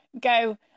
go